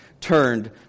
turned